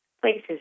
Places